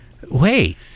Wait